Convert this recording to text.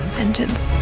vengeance